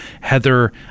Heather